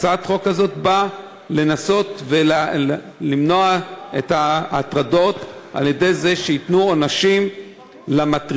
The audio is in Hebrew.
הצעת החוק הזאת באה למנוע את ההטרדות על-ידי זה שייתנו עונשים למטרידים.